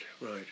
right